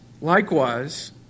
likewise